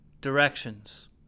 Directions